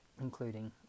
including